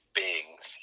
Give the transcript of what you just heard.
beings